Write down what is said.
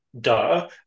duh